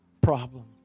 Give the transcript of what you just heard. problem